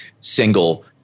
single